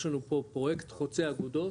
יש לנו פה פרויקט חוצה אגודות,